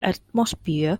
atmosphere